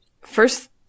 first